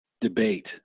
debate